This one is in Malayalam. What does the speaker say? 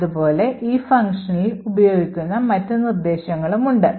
അതുപോലെ ഈ ഫംഗ്ഷനിൽ ഉപയോഗിക്കുന്ന മറ്റ് നിർദ്ദേശങ്ങളും ഉണ്ട്